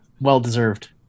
Well-deserved